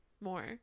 more